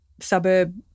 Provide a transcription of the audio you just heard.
suburb